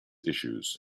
issues